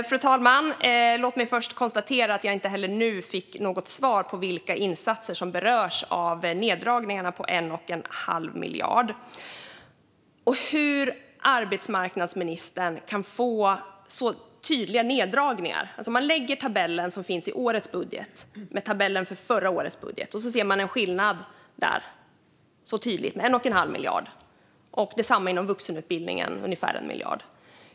Fru talman! Låt mig först konstatera att jag inte heller nu fick något svar på vilka insatser som berörs av neddragningarna på 1,5 miljarder. Det är tydliga neddragningar. Om man lägger tabellen från årets budget bredvid tabellen från förra året ser man en tydlig skillnad på 1,5 miljarder, och inom vuxenutbildningen är det ungefär 1 miljard.